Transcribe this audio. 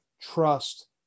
trust